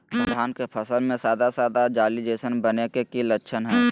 धान के फसल में सादा सादा जाली जईसन बने के कि लक्षण हय?